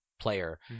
player